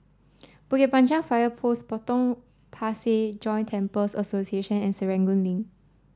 Bukit Panjang Fire Post Potong Pasir Joint Temples Association and Serangoon Link